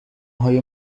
های